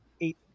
eight